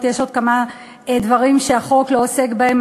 יש עוד כמה דברים שהחוק לא עוסק בהם,